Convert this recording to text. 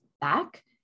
back